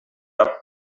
are